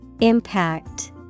Impact